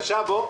בבקשה, בוא.